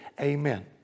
Amen